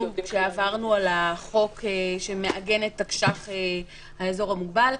כשעברנו על החוק שמעגן את תקש"ח האזור המוגבל.